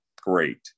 Great